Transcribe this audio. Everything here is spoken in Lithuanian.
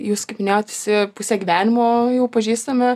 jūs kaip minėjot visi pusę gyvenimo jau pažįstami